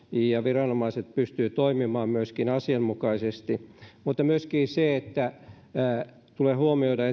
ja viranomaiset pystyvät myöskin toimimaan asianmukaisesti mutta myöskin se tulee huomioida